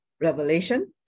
revelation